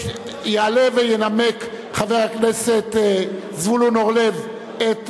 יעלה וינמק חבר הכנסת זבולון אורלב את ההנמקות,